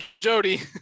Jody